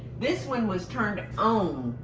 this one was turned um